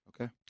Okay